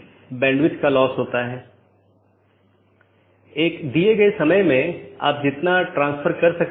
उदाहरण के लिए एक BGP डिवाइस को इस प्रकार कॉन्फ़िगर किया जा सकता है कि एक मल्टी होम एक पारगमन अधिकार के रूप में कार्य करने से इनकार कर सके